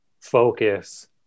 focus